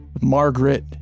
Margaret